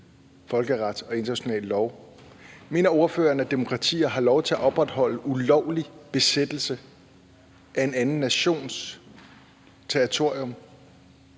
folkeret og international lov? Mener ordføreren, at demokratier har lov til at opretholde en ulovlig besættelse af en anden nations territorium?